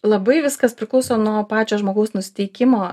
labai viskas priklauso nuo pačio žmogaus nusiteikimo